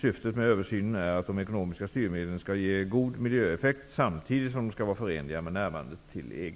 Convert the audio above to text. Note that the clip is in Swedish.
Syftet med översynen är att de ekonomiska styrmedlen skall ge god miljöeffekt samtidigt som de skall vara förenliga med närmandet till EG.